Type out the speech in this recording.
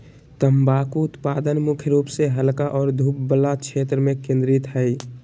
तम्बाकू उत्पादन मुख्य रूप से हल्का और धूप वला क्षेत्र में केंद्रित हइ